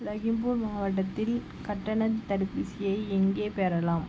லகிம்பூர் மாவட்டத்தில் கட்டணத் தடுப்பூசியை எங்கே பெறலாம்